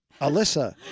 Alyssa